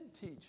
teach